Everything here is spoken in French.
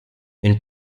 une